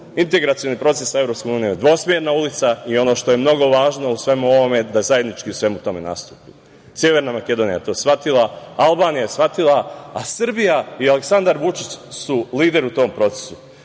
Integracioni proces sa EU je dvosmerna ulica i ono što je mnogo važno u svemu ovome jeste da zajednički u svemu tome nastupamo. Severna Makedonija je to shvatila, Albanija je shvatila, a Srbija i Aleksandar Vučić su lideri u tom procesu. To